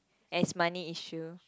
as money issue